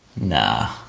Nah